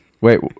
Wait